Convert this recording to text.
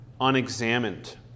unexamined